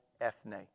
ethne